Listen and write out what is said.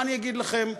מה אני אגיד לכם?